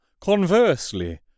Conversely